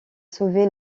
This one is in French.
sauvé